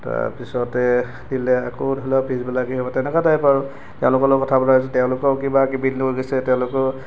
তাৰপিছতে দিলে আকৌ ধৰি লওক পিছবেলা কিবা এটা তেনেকুৱা টাইপ আৰু তেওঁলোকৰ লগত কথা পতাইছো তেওঁলোকেও কিবা কিবি লৈ গৈছে তেওঁলোকেও